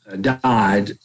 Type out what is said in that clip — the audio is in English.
died